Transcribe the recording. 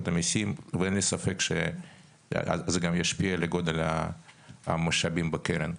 המסים ואין לי ספק שזה גם ישפיע על גודל המשאבים בקרן.